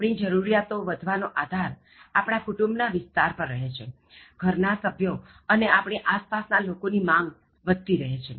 આપણી જરુરિયાતો વધવા નો આધાર આપણા કુટુંબ ના વિસ્તાર પર રહે છે ઘર ના સભ્યો અને આપણી આસ પાસ ના લોકો ની માંગ વધતી રહે છે